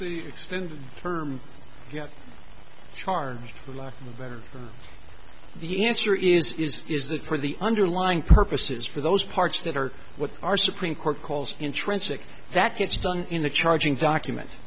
the extended term got charged for lack of a better term the answer is is that for the underlying purposes for those parts that are what our supreme court calls intrinsic that gets done in the charging document